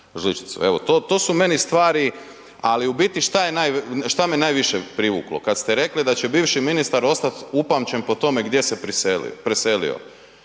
to su meni stvari ali u biti šta me najviše privuklo? Kad ste rekli da će bivši ministar ostat upamćen po tome gdje se preselio,